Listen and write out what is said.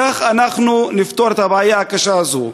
כך אנחנו נפתור את הבעיה הקשה הזאת.